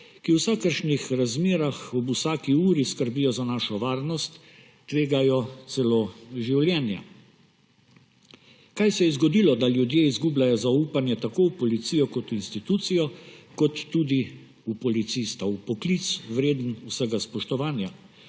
ki v vsakršnih razmerah ob vsaki uri skrbijo za našo varnost, tvegajo celo življenja. Kaj se je zgodilo, da ljudje izgubljajo zaupanje tako v Policijo kot institucijo kot tudi v policista, v poklic, vreden vsega spoštovanja,